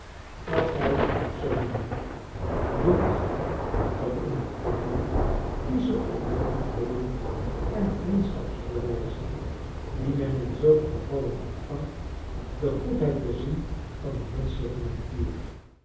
als hij dat zoo noemen mocht de macht om in de kleine kiesche oplettendheden en vriends chaps be wijzen die men in zulke gevallen ontvangt de goedheid te zien van de menschelijke natuur